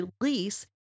release